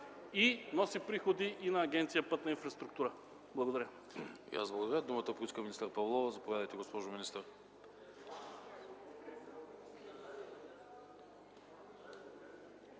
и носи приходи и на Агенция „Пътна инфраструктура”. Благодаря.